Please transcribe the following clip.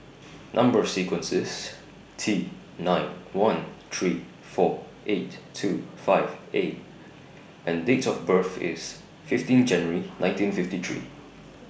Number sequence IS T nine one three four eight two five A and Date of birth IS fifteen January nineteen fifty three